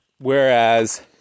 Whereas